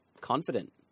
confident